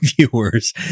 viewers